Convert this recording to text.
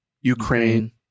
ukraine